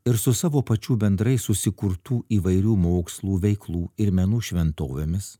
ir su savo pačių bendrai susikurtų įvairių mokslų veiklų ir menų šventovėmis